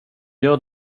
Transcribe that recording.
gör